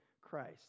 Christ